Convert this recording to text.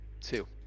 two